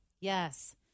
Yes